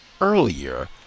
earlier